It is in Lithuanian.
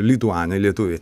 lituana lietuviai